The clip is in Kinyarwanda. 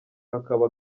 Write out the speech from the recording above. hakaba